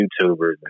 YouTubers